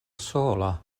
sola